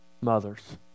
mothers